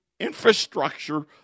Infrastructure